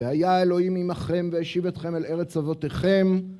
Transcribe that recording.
ואהיה אלוהים עמכם והשיב אתכם אל ארץ אבותיכם.